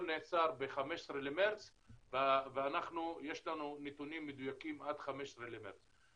נעצר ב-15 במרץ ויש לנו נתונים מדויקים עד 15 במרץ.